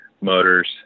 motors